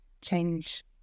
change